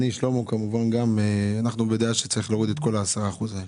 שלמה קרעי ואני בדעה שצריך להוריד את כל ה-10% האלה.